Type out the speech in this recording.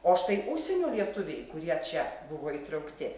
o štai užsienio lietuviai kurie čia buvo įtraukti